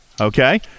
Okay